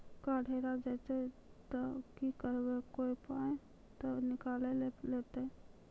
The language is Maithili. कार्ड हेरा जइतै तऽ की करवै, कोय पाय तऽ निकालि नै लेतै?